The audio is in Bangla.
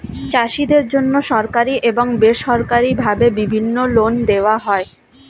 চাষীদের জন্যে সরকারি এবং বেসরকারি ভাবে বিভিন্ন লোন দেওয়া হয়